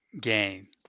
gain